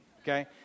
okay